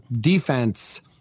defense